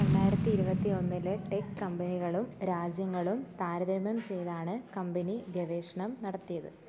രണ്ടായിരത്തി ഇരുപത്തി ഒന്നിൽ ടെക് കമ്പനികളും രാജ്യങ്ങളും താരതമ്യം ചെയ്താണ് കമ്പനി ഗവേഷണം നടത്തിയത്